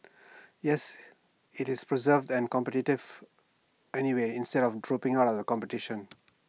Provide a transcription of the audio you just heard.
yes IT is persevered and anyway instead of dropping out of the competition